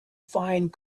find